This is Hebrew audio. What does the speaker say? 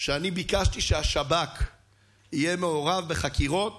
שאני ביקשתי שהשב"כ יהיה מעורב בחקירות